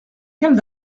quelle